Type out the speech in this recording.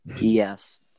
Yes